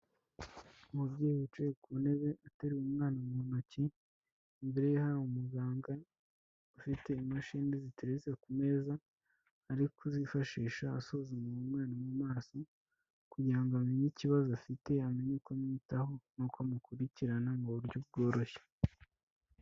Umubyeyi wicaye ku ntebe utereruye umwana mu ntok, imbere ye hari umuganga ufite imashini ziteretse ku meza, ari kuzifashisha asuzuma uwo mwana mu maso kugira ngo amenye ikibazo afite amenye uko amwitaho n'uko amukurikirana mu buryo bworoshye.